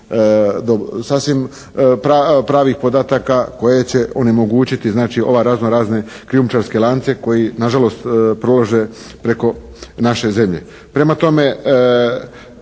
sasvim pravih podataka koje će onemogućiti ove razno razne krijumčarske lance koji nažalost prolaze preko naše zemlje.